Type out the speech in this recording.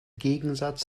gegensatz